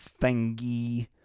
thingy